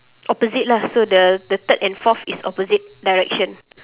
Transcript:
opposite lah so the the third and fourth is opposite direction